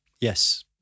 Yes